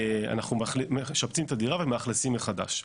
אנחנו משפצים את הדירה ומאכלסים מחדש.